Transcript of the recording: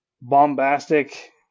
bombastic